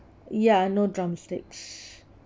ya no drumsticks